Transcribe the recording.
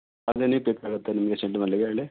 ನಿಮಗೆ ಚೆಂಡು ಮಲ್ಲಿಗೆ ಹೇಳಿ